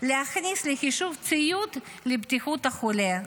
להכניס לחישוב ציוד לבטיחות החולה.